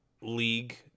league